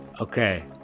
Okay